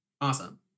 Awesome